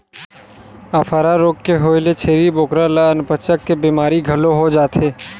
अफारा रोग के होए ले छेरी बोकरा ल अनपचक के बेमारी घलो हो जाथे